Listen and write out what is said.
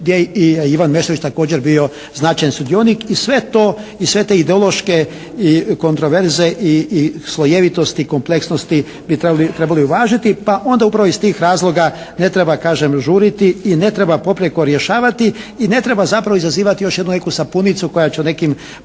gdje je i Ivan Meštrović također bio značajan sudionik. I sve to, i sve te ideološke i kontroverze i slojevitosti i kompleksnosti bi trebali uvažiti. Pa onda upravo iz tih razloga ne treba kažem žuriti i ne treba poprijeko rješavati. I ne treba zapravo izazivati još jednu eko sapunicu koja će u nekim,